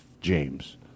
James